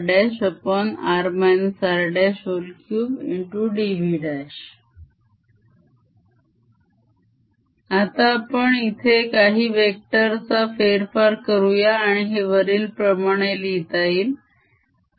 dAr04πMrdV×r rr r3 Ar04πMr×r rr r3dV आता आपण इथे काही वेक्टरचा फेरफार करूया आणि हे वरीलप्रमाणे लिहिता येईल